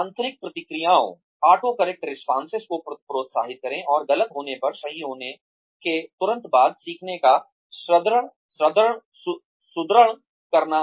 आंतरिक प्रतिक्रियाओं को प्रोत्साहित करके और गलत होने पर सही होने के तुरंत बाद सीखने को सुदृढ़ करना